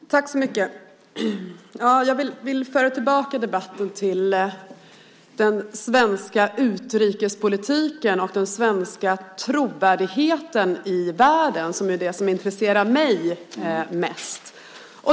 Fru talman! Jag vill föra tillbaka debatten till den svenska utrikespolitiken och den svenska trovärdigheten i världen, som är det som intresserar mig mest.